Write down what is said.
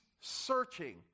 searching